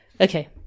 Okay